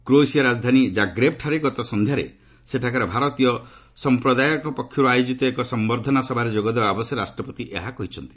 କ୍ରୋଏସିଆର ରାଜଧାନୀ ଜାଗ୍ରେବ୍ଠାରେ ଗତ ସନ୍ଧ୍ୟାରେ ସେଠାକାର ଭାରତୀୟ ସମୁଦାୟଙ୍କ ପକ୍ଷରୁ ଆୟୋକିତ ଏକ ସମ୍ଭର୍ଦ୍ଧନା ସଭାରେ ଯୋଗ ଦେବା ଅବସରରେ ରାଷ୍ଟ୍ରପତି ଏହା କହିଛନ୍ତି